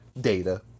data